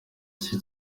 iki